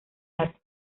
lata